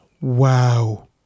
wow